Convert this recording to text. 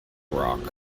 rock